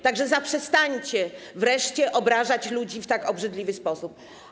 Tak że zaprzestańcie wreszcie obrażać ludzi w tak obrzydliwy sposób.